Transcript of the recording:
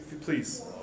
please